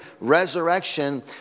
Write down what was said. resurrection